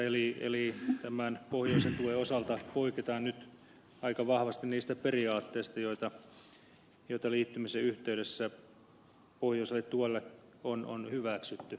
eli tämän pohjoisen tuen osalta poiketaan nyt aika vahvasti niistä periaatteista joita liittymisen yhteydessä pohjoiselle tuelle on hyväksytty